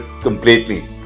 completely